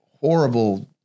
horrible